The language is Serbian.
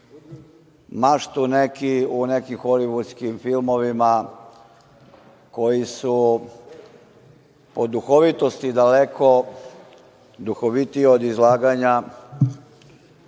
maštu neki u nekim holivudskim filmovima koji su po duhovitosti daleko duhovitiji od izlaganja